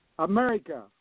America